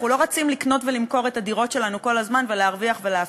אנחנו לא רצים לקנות ולמכור את הדירות שלנו כל הזמן ולהרוויח ולהפסיד.